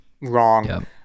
wrong